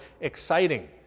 exciting